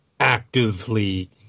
actively